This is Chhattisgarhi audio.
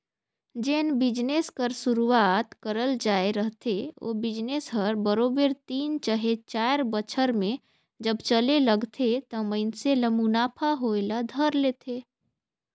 जेन बिजनेस कर सुरूवात करल जाए रहथे ओ बिजनेस हर बरोबेर तीन चहे चाएर बछर में जब चले लगथे त मइनसे ल मुनाफा होए ल धर लेथे